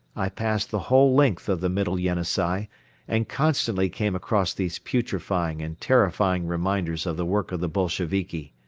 i passed the whole length of the middle yenisei and constantly came across these putrifying and terrifying reminders of the work of the bolsheviki.